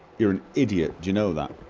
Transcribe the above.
you're and idiot, do you know that?